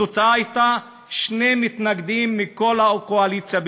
התוצאה הייתה, שני מתנגדים בלבד מכל הקואליציה.